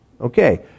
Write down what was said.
Okay